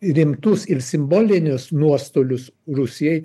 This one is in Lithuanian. rimtus ir simbolinius nuostolius rusijai